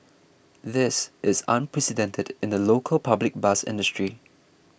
this is unprecedented in the local public bus industry